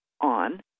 on